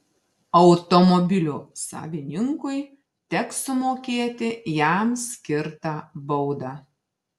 automobilio savininkui teks sumokėti jam skirtą baudą